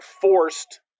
forced